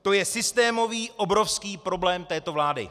To je systémový obrovský problém této vlády.